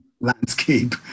landscape